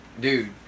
dude